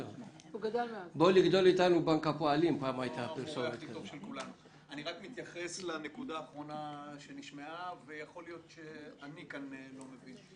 אני רק מתייחס לנקודה האחרונה שנשמעה ויכול להיות שאני כאן לא מבין.